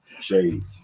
Shades